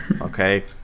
Okay